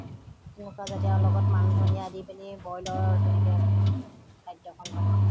কুঁহকাজাতীয়ৰ আৰু লগত মান ধনিয়া দি পিনি বইলৰ তেনেকৈ খাদ্যখন বনাওঁ